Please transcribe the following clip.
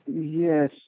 yes